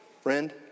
friend